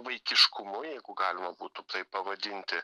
vaikiškumu jeigu galima būtų taip pavadinti